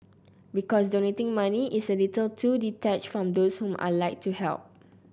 because donating money is a little too detached from those whom I'd like to help